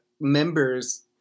members